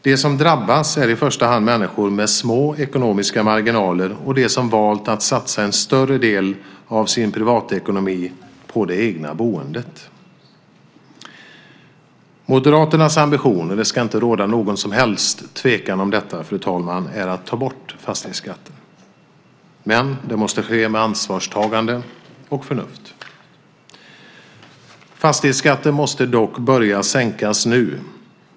De som drabbas är i första hand människor med små ekonomiska marginaler och de som valt att satsa en större del av sin privatekonomi på det egna boendet. Moderaternas ambition, och det ska inte råda någon som helst tvekan om detta, är att ta bort fastighetsskatten. Men det måste ske med ansvarstagande och förnuft. Fastighetsskatten måste dock börja sänkas nu.